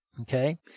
Okay